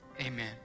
amen